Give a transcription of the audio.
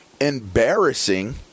embarrassing